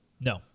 No